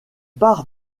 part